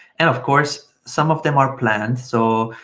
and of course, some of them are planned. so,